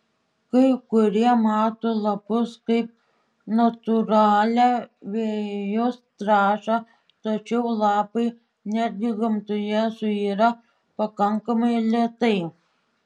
kai kurie mato lapus kaip natūralią vejos trąšą tačiau lapai netgi gamtoje suyra pakankamai lėtai